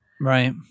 Right